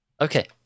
Okay